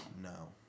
No